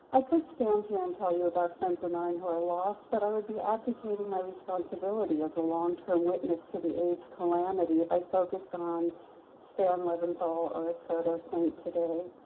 could stand here and tell you about friends of mine who i lost, but i would be abdicating my responsibility as a long-term witness to the aids calamity if i focused on stan leventhal or assotto saint today.